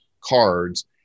cards